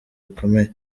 bikomeye